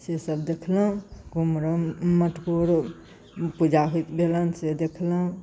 से सब देखलहुँ कुमरम मटकोर पूजा होइत भेलनि से देखलहुँ